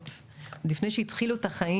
כל ההשוואות למדינות אוסטרליה,